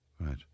Right